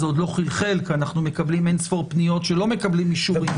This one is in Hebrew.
זה עוד לא חלחל כי אנחנו מקבלים אין-ספור פניות שלא מקבלים אישורים.